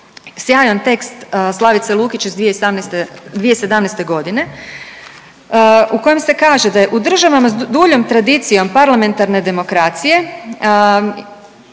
sjajan tekst Slavice Lukić iz 2018., 2017. g. u kojem se kaže da je u državama s duljom tradicijom parlamentarne demokracije,